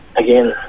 Again